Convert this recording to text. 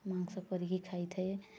ମାଂସ କରିକି ଖାଇଥାଏ